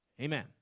Amen